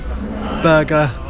burger